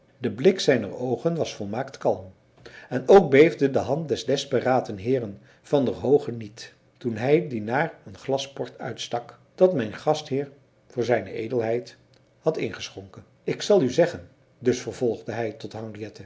de blik zijner oogen was volmaakt kalm en ook beefde de hand des desperaten heeren van der hoogen niet toen hij die naar een glas port uitstak dat mijn gastheer voor zed had ingeschonken ik zal u zeggen dus vervolgde hij tot